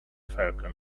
falcon